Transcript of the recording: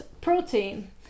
protein